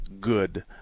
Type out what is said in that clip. good